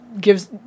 gives